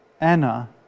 Anna